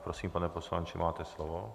Prosím, pane poslanče, máte slovo.